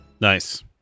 Nice